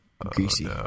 greasy